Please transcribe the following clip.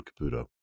Caputo